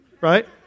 right